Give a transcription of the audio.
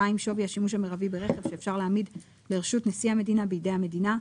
שווי השימוש המרבי ברכב שאפשר להעמיד לרשות נשיא המדינה בידי המדינה,